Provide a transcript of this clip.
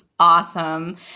Awesome